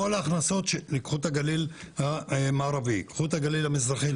קחו את הגליל המערבי והמזרחי,